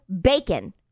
bacon